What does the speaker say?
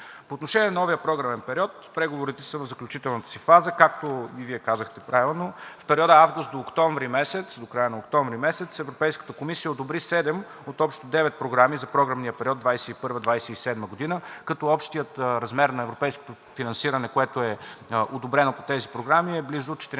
По отношение на новия програмен период – преговорите са в заключителната си фаза. Както и Вие казахте правилно, в периода от август до октомври месец – до края на октомври месец, Европейската комисия одобри седем от общо девет програми за програмния период 2021 – 2027 г., като общият размер на европейското финансиране, което е одобрено по тези програми, е близо 14